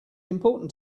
important